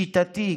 שיטתי,